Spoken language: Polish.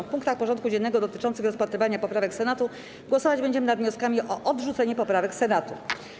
W punktach porządku dziennego dotyczących rozpatrywania poprawek Senatu głosować będziemy nad wnioskami o odrzucenie poprawek Senatu.